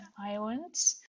Islands